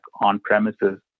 on-premises